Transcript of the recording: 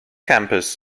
campus